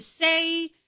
say